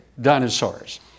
dinosaurs